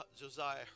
Josiah